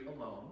alone